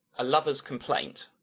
a lover's complaint